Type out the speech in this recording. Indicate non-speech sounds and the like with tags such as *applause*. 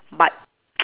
but *noise*